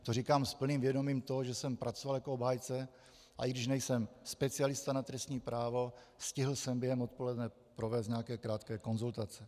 To říkám s plným vědomím toho, že jsem pracoval jako obhájce, a i když nejsem specialista na trestní právo, stihl jsem během odpoledne provést nějaké krátké konzultace.